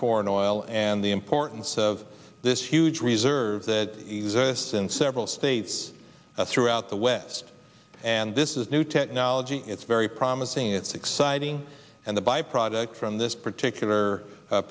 foreign oil and the importance of this huge reserves that exists in several states throughout the west and this is new technology it's very promising it's exciting and the byproduct from this particular